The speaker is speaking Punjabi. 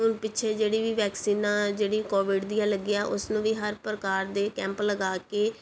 ਹੁਣ ਪਿੱਛੇ ਜਿਹੜੀ ਵੀ ਵੈਕਸੀਨ ਆ ਜਿਹੜੀ ਕੋਵਿਡ ਦੀਆਂ ਲੱਗੀਆਂ ਉਸ ਨੂੰ ਵੀ ਹਰ ਪ੍ਰਕਾਰ ਦੇ ਕੈਂਪ ਲਗਾ ਕੇ